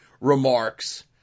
remarks